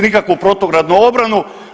nikakvu protugradnu obranu.